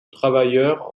travailleurs